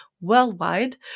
worldwide